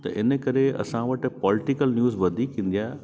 त इन करे असां वटि पोलिटिकल न्यूज़ वधीक ईंदी आहे